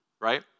right